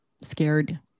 scared